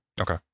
Okay